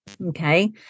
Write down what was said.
Okay